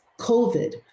COVID